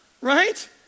right